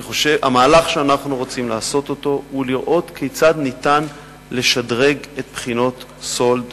המהלך שאנחנו רוצים לעשות הוא לראות כיצד ניתן לשדרג את בחינות סאלד